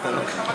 אתה שם בכיס,